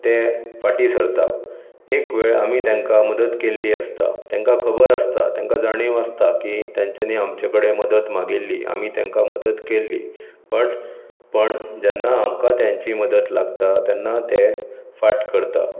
तें फाटीं सरतात एक वेळ आमी तेंकां मदत केल्ली आसता तेंकां खबर आसता तेंकां जाणीव आसता की तेंच्यांनी आमच्या कडेन मदत मागिल्ली आमी तेंकां मदत केल्ली बट पूण जेन्ना आमकां तेंची मदत लागता तेन्ना तें फाट करतात